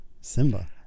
Simba